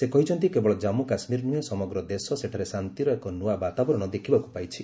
ସେ କହିଛନ୍ତି କେବଳ ଜାମ୍ମୁ କାଶ୍ମୀର ନୁହେଁ ସମଗ୍ର ଦେଶ ସେଠାରେ ଶାନ୍ତିର ଏକ ନୂଆ ବାତାବରଣ ଦେଖିବାକୁ ପାଇଛି